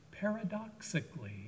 paradoxically